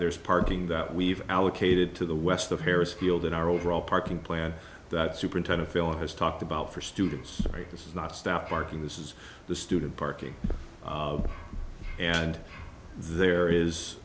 there's parking that we've allocated to the west harris field in our overall parking plan that superintendent feeling has talked about for students this is not stop parking this is the student parking and there is